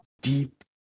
deep